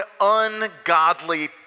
ungodly